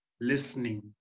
listening